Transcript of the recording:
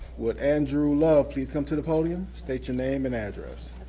would andrew love please come to the podium? state your name and address.